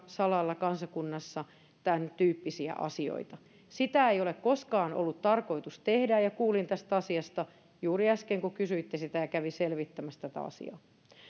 salailla tämäntyyppisiä asioita sitä ei ole koskaan ollut tarkoitus tehdä ja kuulin tästä asiasta juuri äsken kun kysyitte sitä ja kävin selvittämässä tätä asiaa